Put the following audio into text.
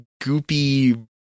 goopy